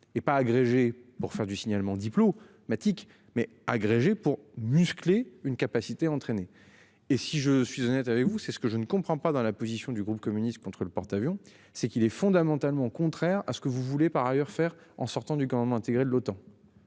et pas agrégé pour faire du signalement diplo ma tique mais agrégé pour muscler une capacité entraîner et si je suis honnête avec vous, c'est ce que je ne comprends pas dans la position du groupe communiste contre le porte-avions c'est qu'il est fondamentalement contraire à ce que vous voulez par ailleurs faire en sortant du commandement intégré de l'OTAN.